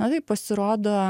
na tai pasirodo